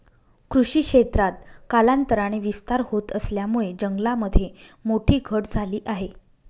कृषी क्षेत्रात कालांतराने विस्तार होत असल्यामुळे जंगलामध्ये मोठी घट झाली आहे